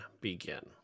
begin